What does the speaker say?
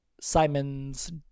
simon's